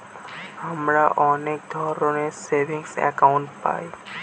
আমরা অনেক ধরনের সেভিংস একাউন্ট পায়